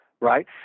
Right